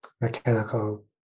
mechanical